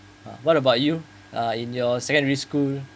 uh what about you uh in your secondary school